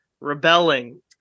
rebelling